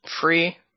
Free